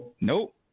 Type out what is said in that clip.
Nope